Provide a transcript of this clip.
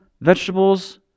vegetables